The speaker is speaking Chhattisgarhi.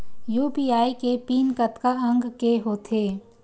यू.पी.आई के पिन कतका अंक के होथे?